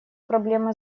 проблема